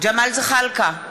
ג'מאל זחאלקה,